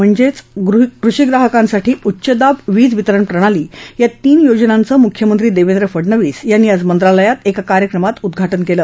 म्हणजेच कृषीग्राहकांसाठी उच्चदाब वीज वितरण प्रणाली या तीन योजनांचं मुख्यमंत्री देवेंद्र फडणवीस यांनी आज मंत्रालयात एका कार्यक्रमात उद्घाटन केलं